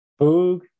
Boog